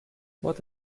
what